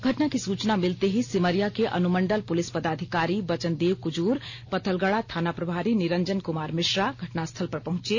घटना की सूचना मिलते ही सिमरिया के अनुमंडल पुलिस पदाधिकारी बचन देव कुजूर पत्थलगड़ा थाना प्रभारी निरंजन कुमार मिश्रा घटनास्थल पर पहुंचे